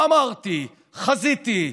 אמרתי, חזיתי,